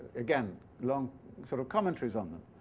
again, long sort of commentaries on them.